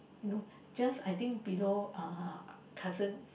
you know just I think below uh cousins